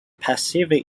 pacific